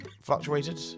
fluctuated